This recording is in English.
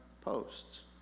posts